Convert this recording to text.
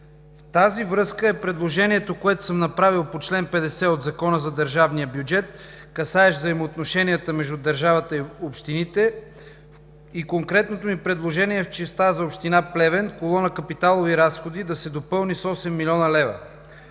тази връзка е предложението, което съм направил по чл. 50 от Закона за държавния бюджет, касаещ взаимоотношенията между държавата и общините. Конкретното ми предложение е в частта за община Плевен, колона „Капиталови разходи“ да се допълни с осем милиона лева.